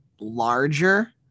larger